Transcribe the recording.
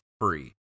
free